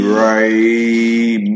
right